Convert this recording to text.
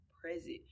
present